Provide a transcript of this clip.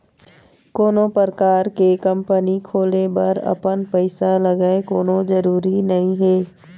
कोनो परकार के कंपनी खोले बर अपन पइसा लगय कोनो जरुरी नइ हे